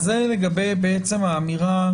זה לגבי האמירה